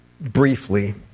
briefly